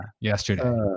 yesterday